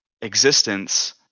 existence